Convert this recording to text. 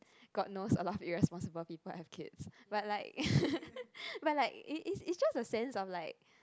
god knows a lot of irresponsible people have kids but like but like it it it's just a sense of like